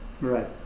Right